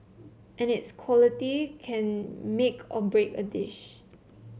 and its quality can make or break a dish